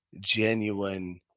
genuine